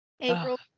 April